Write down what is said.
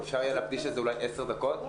אפשר להקדיש לזה עשר דקות?